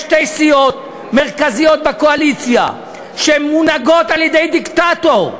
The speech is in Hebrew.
שתי סיעות מרכזיות בקואליציה שמונהגות על-ידי דיקטטור,